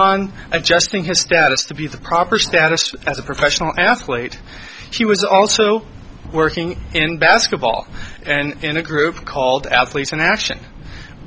on adjusting his status to be the proper status as a professional athlete she was also working in basketball and in a group called athletes and action